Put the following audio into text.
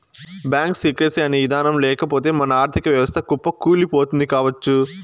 bank secrecy అనే ఇదానం లేకపోతె మన ఆర్ధిక వ్యవస్థ కుప్పకూలిపోతుంది కావచ్చు